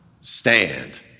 stand